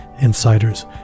insiders